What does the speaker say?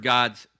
God's